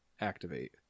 activate